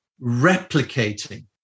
replicating